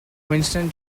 winston